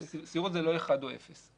סבירות זה לא אחד או אפס.